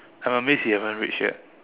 uh that means he haven't rage yet